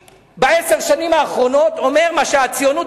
בעשר השנים האחרונות אני אומר את מה שהציונות